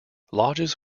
lodges